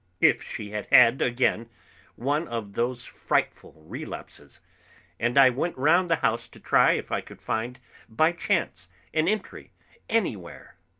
if she had had again one of those frightful relapses and i went round the house to try if i could find by chance an entry anywhere.